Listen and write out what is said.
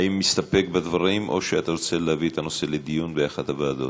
האם אתה מסתפק בדברים או שאתה רוצה להביא את הנושא לדיון באחת הוועדות?